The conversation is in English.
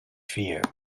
fear